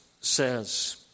says